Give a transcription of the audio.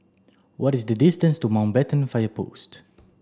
what is the distance to Mountbatten Fire Post